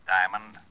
Diamond